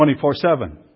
24-7